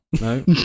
No